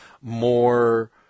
more